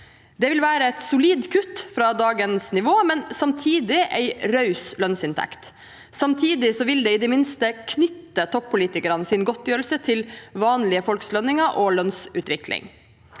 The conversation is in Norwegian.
Det vil være et solid kutt fra dagens nivå, men samtidig en raus lønnsinntekt. Samtidig vil det i det minste knytte toppolitikernes godtgjørelse til vanlige folks lønninger og lønnsutvikling.